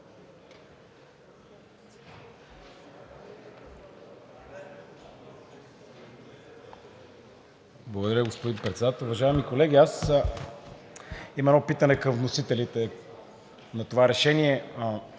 Благодаря, господин Председател. Уважаеми колеги, аз имам едно питане към вносителите на това решение: